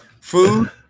Food